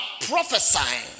prophesying